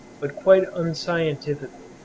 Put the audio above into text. but quite unscientifically